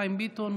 חיים ביטון,